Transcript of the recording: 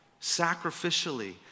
sacrificially